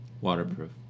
Waterproof